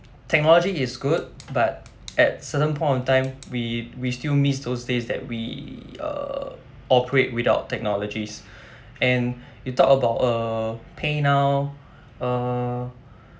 technology is good but at certain point of time we we still miss those days that we err operate without technologies and you talk about err PayNow err